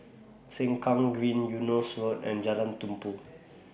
Sengkang Green Eunos Road and Jalan Tumpu